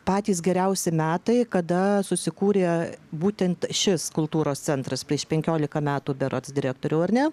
patys geriausi metai kada susikūrė būtent šis kultūros centras prieš penkiolika metų berods direktoriau ar ne